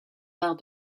part